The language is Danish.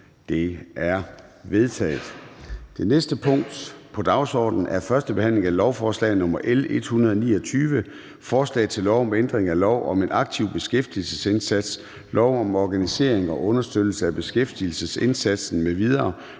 Det er vedtaget. --- Det næste punkt på dagsordenen er: 23) 1. behandling af lovforslag nr. L 129: Forslag til lov om ændring af lov om en aktiv beskæftigelsesindsats, lov om organisering og understøttelse af beskæftigelsesindsatsen m.v.,